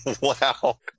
wow